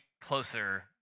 closer